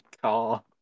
car